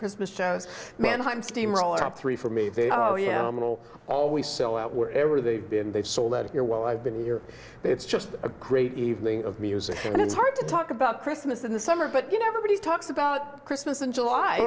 christmas shows mannheim steamroller top three for me oh yeah it will always sell out wherever they've been they've sold out of here well i've been here it's just a great evening of music and it's hard to talk about christmas in the summer but you know everybody talks about christmas in july